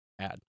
add